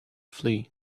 flee